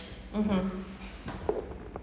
(uh huh)